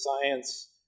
science